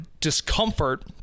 discomfort